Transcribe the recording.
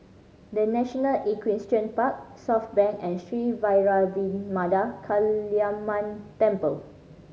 The National Equestrian Park Southbank and Sri Vairavimada Kaliamman Temple